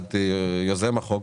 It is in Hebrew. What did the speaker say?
לדעת יוזם הצעת החוק